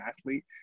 athlete